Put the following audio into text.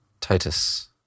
Titus